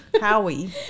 howie